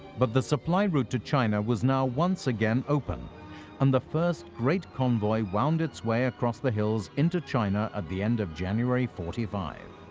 but the supply route to china was now once again open and the first great convoy wound its way across the hills into china at the end of january forty five.